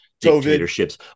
dictatorships